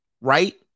right